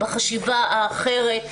בחשיבה האחרת,